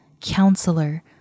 Counselor